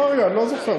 אני לא זוכר.